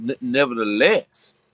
Nevertheless